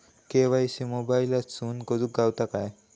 KYC मोबाईलातसून करुक गावता काय?